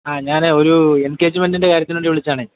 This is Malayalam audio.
ആ ഞാൻ ഒരു എൻഗേജ്മെൻറ്റിൻ്റെ കാര്യത്തിനു വേണ്ടി വിളിച്ചതാണേ